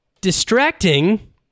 distracting